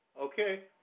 okay